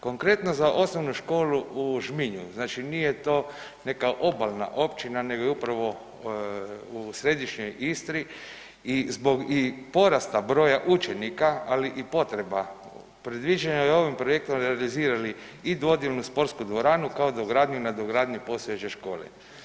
Konkretno za OŠ u Žminju, znači nije to neka obalna općina nego je upravo u središnjoj Istri i zbog i porasta broja učenika, ali i potreba, predviđeno je ovim projektom realizirali i dvodijelnu sportsku dvoranu kao dogradnji i nadogradnju postojeće škole.